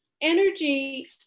energy